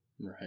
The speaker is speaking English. right